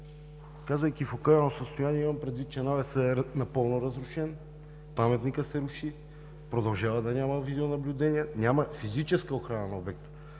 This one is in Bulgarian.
са в окаяно състояние. Имам предвид, че навесът е напълно разрушен, паметникът се руши, продължава да няма видеонаблюдение, няма физическа охрана на обекта.